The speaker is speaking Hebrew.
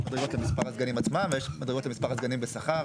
יש מדרגות למספר הסגנים עצמם ויש מדרגות למספר הסגנים בשכר,